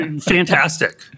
fantastic